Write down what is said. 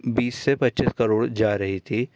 बीस से पचीस करोड़ जा रही थी